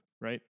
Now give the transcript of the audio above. right